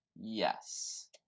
yes